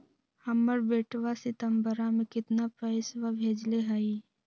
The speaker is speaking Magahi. हमर बेटवा सितंबरा में कितना पैसवा भेजले हई?